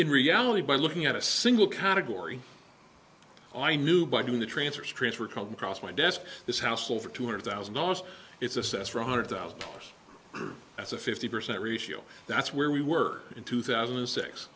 in reality by looking at a single category i knew by doing the transfers transfer come across my desk this house over two hundred thousand dollars it's assessed for hundred thousand dollars as a fifty percent ratio that's where we were in two thousand and six